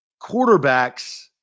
quarterbacks